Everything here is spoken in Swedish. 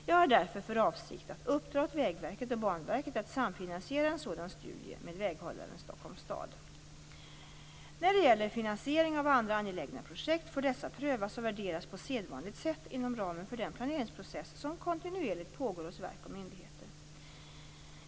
Jag har därför för avsikt att uppdra åt Vägverket och Banverket att samfinansiera en sådan studie med väghållaren Stockholms stad. När det gäller finansieringen av andra angelägna projekt får dessa prövas och värderas på sedvanligt sätt inom ramen för den planeringsprocess som kontinuerligt pågår hos verk och myndigheter.